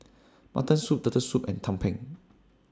Mutton Soup Turtle Soup and Tumpeng